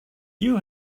you